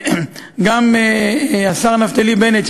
גם השר נפתלי בנט,